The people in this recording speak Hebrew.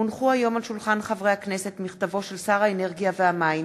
מאת חברי הכנסת אברהם מיכאלי ויעקב מרגי,